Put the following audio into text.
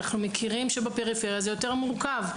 אנחנו מכירים שבפריפריה זה יותר מורכב.